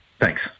Thanks